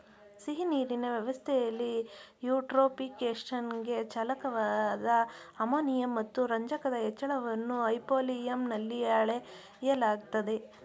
ಸಿಹಿನೀರಿನ ವ್ಯವಸ್ಥೆಲಿ ಯೂಟ್ರೋಫಿಕೇಶನ್ಗೆ ಚಾಲಕವಾದ ಅಮೋನಿಯಂ ಮತ್ತು ರಂಜಕದ ಹೆಚ್ಚಳವನ್ನು ಹೈಪೋಲಿಯಂನಲ್ಲಿ ಅಳೆಯಲಾಗ್ತದೆ